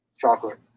chocolate